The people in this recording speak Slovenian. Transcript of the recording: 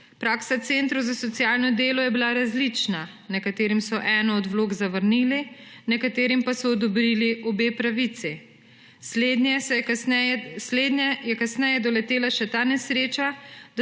Praksa centrov za socialno delo je bila različna. Nekaterim so eno od vlog zavrnili, nekaterim pa so odobrili obe pravici. Slednje je kasneje doletela še ta nesreča,